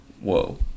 Whoa